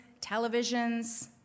televisions